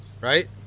right